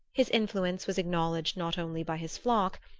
his influence was acknowledged not only by his flock,